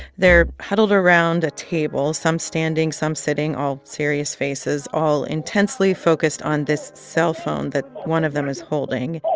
they're huddled around a table some standing, some sitting, all serious faces, all intensely focused on this cellphone that one of them is holding